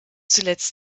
zuletzt